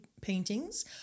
paintings